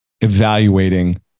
evaluating